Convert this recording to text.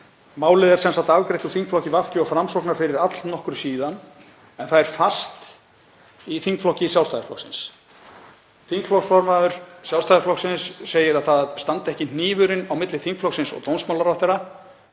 Málið er sem sagt afgreitt úr þingflokki VG og Framsóknar fyrir allnokkru en það er fast í þingflokki Sjálfstæðisflokksins. Þingflokksformaður Sjálfstæðisflokksins segir að það standi ekki hnífurinn á milli þingflokksins og dómsmálaráðherra